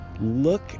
look